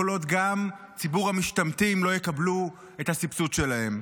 כל עוד גם ציבור המשתמטים לא יקבלו את הסבסוד שלהם.